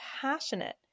passionate